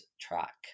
track